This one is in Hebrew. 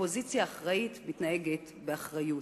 אופוזיציה אחראית מתנהגת באחריות,